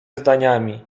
zdaniami